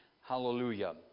Hallelujah